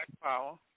power